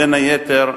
בין היתר,